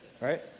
right